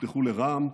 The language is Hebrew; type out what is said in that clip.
הובטחו לרע"מ,